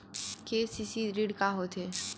KCC ऋण का होथे?